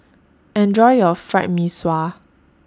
Enjoy your Fried Mee Sua